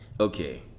Okay